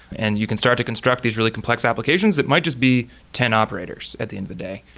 and you can start to construct these really complex applications. it might just be ten operators at the end of the day,